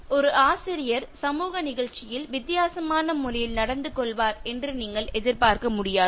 எனவே ஒரு ஆசிரியர் சமூக நிகழ்ச்சியில் வித்தியாசமான முறையில் நடந்து கொள்வார் என்று நீங்கள் எதிர்பார்க்க முடியாது